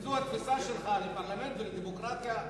אם זו התפיסה שלך לפרלמנט ולדמוקרטיה,